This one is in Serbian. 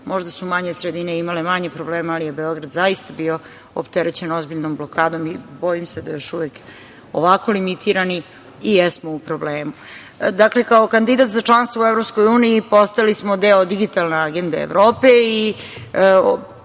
Možda su manje sredine imale manje problema, ali je Beograd zaista bio opterećen ozbiljnom blokadom i bojim se da još uvek ovako limitirani i jesmo u problemu. Dakle, kao kandidat za članstvo u EU postali smo deo digitalne agende Evrope